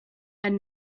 and